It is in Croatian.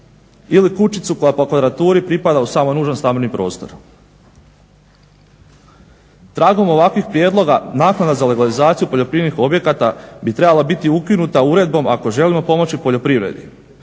ili kućicu koja po kvadraturi pripada u samo nužan stambeni prostor. Tragom ovakvih prijedloga, naknada za legalizaciju poljoprivrednih objekata bi trebala biti ukinuta uredbom ako želimo ako želimo pomoći poljoprivredi